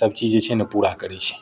सभचीज जे छै ने पूरा करै छै